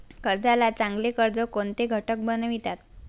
कर्जाला चांगले कर्ज कोणते घटक बनवितात?